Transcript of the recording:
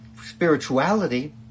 Spirituality